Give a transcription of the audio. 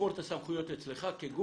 לשמור את הסמכויות אצלך.